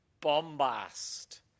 bombast